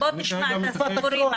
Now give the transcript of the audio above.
--- הקורונה.